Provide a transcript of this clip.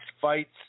fights